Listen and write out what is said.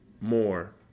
more